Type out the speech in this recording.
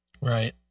Right